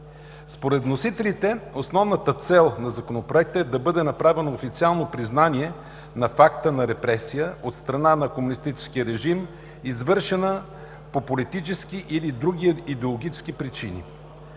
Според вносителите основната цел на Законопроекта е да бъде направено официално признание на факта на репресия от страна на комунистическия режим, извършена по политически или други идеологически причини.